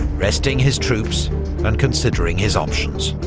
resting his troops and considering his options.